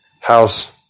house